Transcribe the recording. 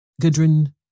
Gudrun